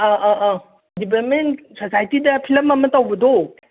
ꯑꯥ ꯑꯥ ꯑꯥ ꯗꯤꯕ꯭ꯂꯞꯃꯦꯟ ꯁꯣꯁꯥꯏꯇꯤꯗ ꯐꯤꯂꯝ ꯑꯃ ꯇꯧꯕꯗꯣ